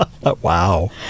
Wow